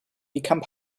become